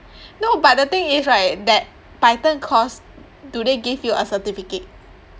no but the thing is right that python course do they give you a certificate